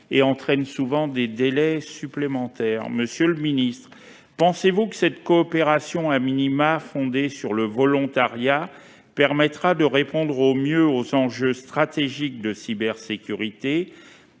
et entraîne souvent des délais supplémentaires. Monsieur le secrétaire d'État, pensez-vous que cette coopération, fondée sur le volontariat, permettra de répondre au mieux aux enjeux stratégiques de cybersécurité ?